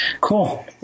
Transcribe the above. cool